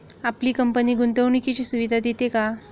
आपली कंपनी गुंतवणुकीच्या सुविधा देते का?